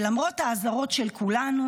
למרות האזהרות של כולנו,